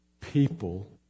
People